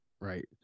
right